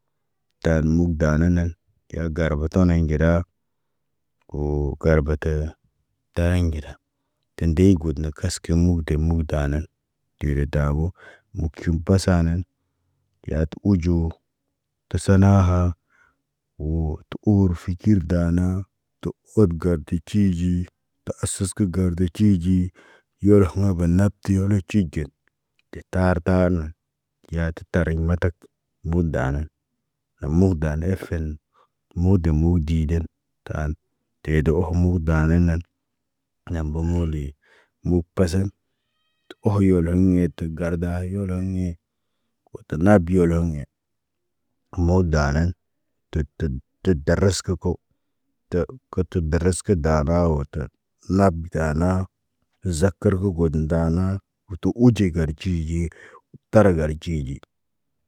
Taan mukdana nan. Ya garboto naŋg gedaa. Woo, garbatə. Taayen gada, tendey got na kaskə mu de mudana. Dere tabo, mukim pasa nan. Yatu uɟu. Tasana ha. Woo tə urfi kir dana, tə ot gartə ciɟi, ta asuskə gardi ciɟi. Yolho ma banak ti yolo ciɟen. De tar taarnan, yaatu tariɲ matak. Mbuda anan, na mukhdan efen, mudə mudiiden, taan, teda ohomu daananan. Nam bomuli, mu pasaŋg. Oho yolon ɲe te garda yoloŋg ne. Wo ta nab biyoloŋge. Moo daanən, tə tə daras ko, tə kə tə daras kə danaa wo tə. Lab dana, zak kər gə got daana, yutu uɟey gartiyee, argar ciigi.